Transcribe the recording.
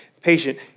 patient